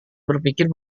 berpikir